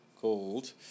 called